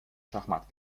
schachmatt